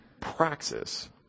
Praxis